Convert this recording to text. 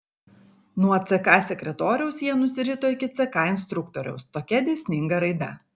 nuo ck sekretoriaus jie nusirito iki ck instruktoriaus tokia dėsninga raida